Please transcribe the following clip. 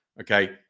Okay